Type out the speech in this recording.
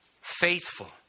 faithful